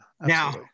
now